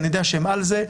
ואני יודע שהם על זה,